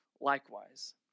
likewise